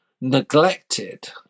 neglected